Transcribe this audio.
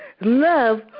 love